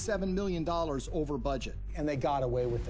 seven million dollars over budget and they got away with